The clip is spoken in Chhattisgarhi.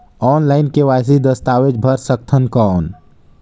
ऑनलाइन के.वाई.सी दस्तावेज भर सकथन कौन?